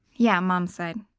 yeah, mom's side